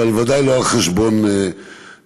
אבל ודאי לא על חשבון התושבים.